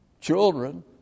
children